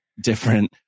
different